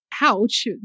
ouch